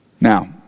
Now